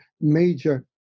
major